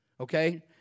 okay